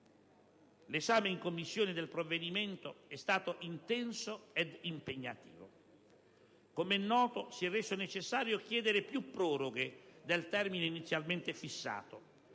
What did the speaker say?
L'esame in Commissione del provvedimento è stato intenso ed impegnativo. Come è noto, si è reso necessario chiedere più proroghe del termine inizialmente fissato.